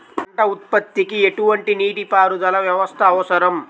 పంట ఉత్పత్తికి ఎటువంటి నీటిపారుదల వ్యవస్థ అవసరం?